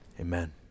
Amen